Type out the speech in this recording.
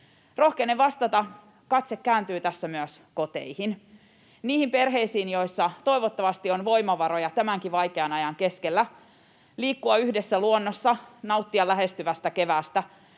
Rohkenen vastata: Katse kääntyy tässä myös koteihin, niihin perheisiin, joissa toivottavasti on voimavaroja tämän vaikeankin ajan keskellä liikkua yhdessä luonnossa, nauttia lähestyvästä keväästä.